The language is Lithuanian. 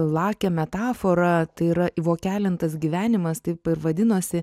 lakią metaforą tai yra įvokelintas gyvenimas taip ir vadinosi